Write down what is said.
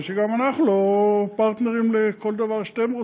או שגם אנחנו לא פרטנרים לכל דבר שאתם רוצים.